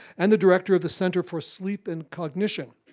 and the director of the center for sleep and cognition.